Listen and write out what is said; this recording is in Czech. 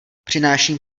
přináším